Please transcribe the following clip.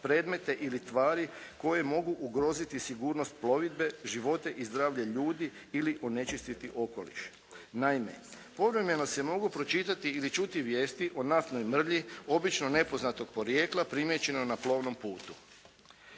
predmete ili tvari koje mogu ugroziti sigurnost plovidbe, živote i zdravlje ljudi ili onečistiti okoliš. Naime, povremeno se mogu pročitati ili čuti vijesti o naftnoj mrlji obično nepoznatog porijekla primijećeno na plovnom putu.